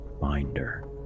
binder